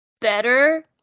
better